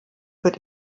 wird